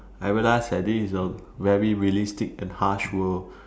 I realise that this is a very realistic and harsh world